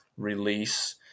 Release